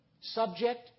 subject